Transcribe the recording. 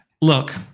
look